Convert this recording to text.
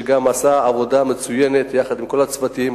שגם עשה עבודה מצוינת יחד עם כל הצוותים,